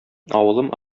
авылым